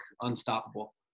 unstoppable